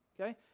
okay